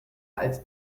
als